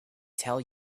tell